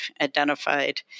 identified